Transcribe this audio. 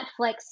Netflix